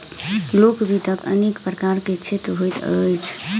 लोक वित्तक अनेक प्रकारक क्षेत्र होइत अछि